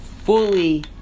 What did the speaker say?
fully